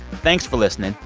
thanks for listening.